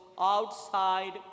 outside